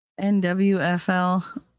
nwfl